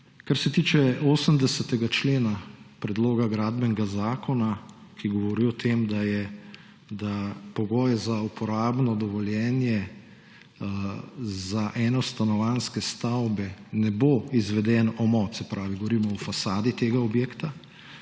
Kar se tiče 80. člena predloga Gradbenega zakona, ki govori o tem, da pogoj za uporabno dovoljenje za enostanovanjske stavbe ne bo izveden omot, se pravi govorimo o fasadi tega objekta,